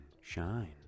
shine